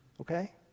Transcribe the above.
Okay